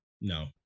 No